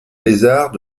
lézards